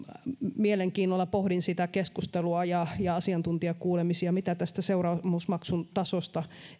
mielenkiinnolla seuraan sitä keskustelua ja ja asiantuntijakuulemisia mitä esimerkiksi tästä seuraamusmaksun tasosta